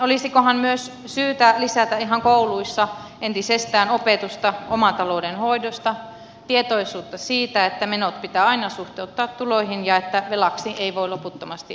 olisikohan myös syytä lisätä ihan kouluissa entisestään opetusta oman talouden hoidosta tietoisuutta siitä että menot pitää aina suhteuttaa tuloihin ja että velaksi ei voi loputtomasti elää